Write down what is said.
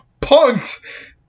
punked